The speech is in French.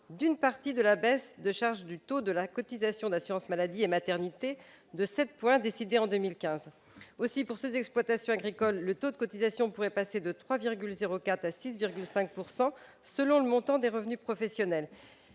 d'une partie de la baisse de charges du taux de la cotisation d'assurance maladie et maternité de sept points, décidée en 2015. Aussi, pour ces exploitations agricoles, le taux de cotisations pourrait passer de 3,04 % à 6,5 %, selon le montant des revenus professionnels.